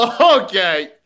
Okay